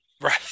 right